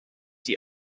die